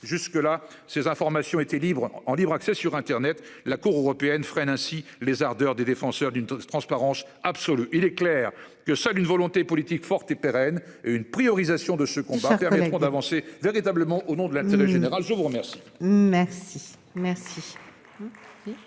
Jusque-là, ces informations étaient libres en libre accès sur internet. La Cour européenne freine ainsi les ardeurs des défenseurs d'une transparence absolue. Il est clair que seule une volonté politique forte et pérenne une priorisation de ce qu'on puisse faire avancer véritablement au nom de la tenue générale je vous remercie.